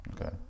okay